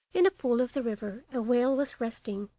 in a pool of the river a whale was resting,